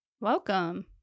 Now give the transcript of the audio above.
welcome